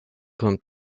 kommt